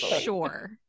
Sure